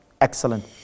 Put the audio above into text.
Excellent